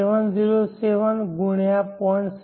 707 ગુણ્યાં 0